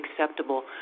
acceptable